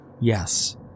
yes